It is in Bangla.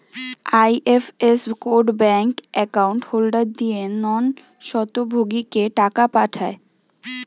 IFS code bank account holder দিয়ে নন স্বত্বভোগীকে টাকা পাঠায়